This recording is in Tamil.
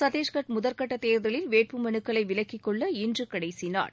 சத்தீஷ்கட் முதல்கட்ட தேர்தலில் வேட்பு மனுக்களை விலக்கிக் கொள்ள இன்று கடைசி நாள்